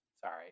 Sorry